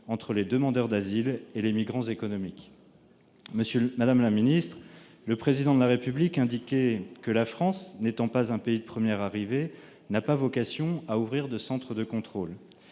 entre demandeurs d'asile et migrants économiques. Madame la ministre, le Président de la République indiquait que, n'étant pas un pays de première arrivée, la France n'avait pas vocation à ouvrir de centres de contrôle.